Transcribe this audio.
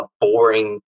boring